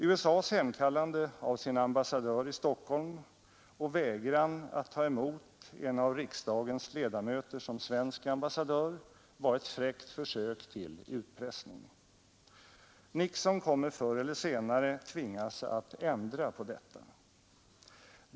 USA:s hemkallande av sin ambassadör i Stockholm och vägran att ta emot en av riksdagens ledamöter som svensk ambassadör var ett fräckt försök till utpressning. Nixon kommer förr eller senare att tvingas ändra på detta.